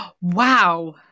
wow